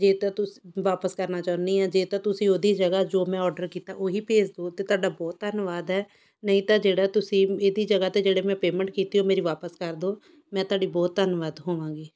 ਜੇ ਤਾਂ ਤੁਸੀਂ ਵਾਪਿਸ ਕਰਨਾ ਚਾਹੁੰਦੀ ਹਾਂ ਜੇ ਤਾਂ ਤੁਸੀਂ ਉਹਦੀ ਜਗ੍ਹਾ ਜੋ ਮੈਂ ਔਡਰ ਕੀਤਾ ਉਹ ਹੀ ਭੇਜਦੋ ਤਾਂ ਤੁਹਾਡੇ ਬਹੁਤ ਧੰਨਵਾਦ ਹੈ ਨਹੀਂ ਤਾਂ ਜਿਹੜਾ ਤੁਸੀਂ ਇਹਦੀ ਜਗ੍ਹਾ 'ਤੇ ਜਿਹੜੀ ਮੈਂ ਪੇਮੈਂਟ ਕੀਤੀ ਉਹ ਮੇਰੀ ਵਾਪਸ ਕਰ ਦਿਓ ਮੈਂ ਤੁਹਾਡੀ ਬਹੁਤ ਧੰਨਵਾਦ ਹੋਵਾਂਗੀ